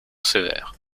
sévères